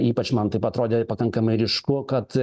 ypač man taip atrodė pakankamai ryšku kad